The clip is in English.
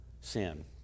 sin